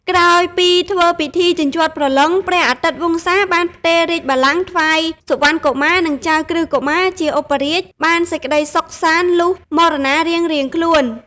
ក្រោយពីធ្វើពិធីជញ្ជាត់ព្រលឹង ព្រះអាទិត្យវង្សាបានផ្ទេររាជបល្ល័ង្កថ្វាយសុវណ្ណកុមារ និងចៅក្រឹស្នកុមារជាឧបរាជបានសេចក្តីសុខសាន្តលុះមរណារៀងៗខ្លួន។